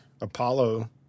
Apollo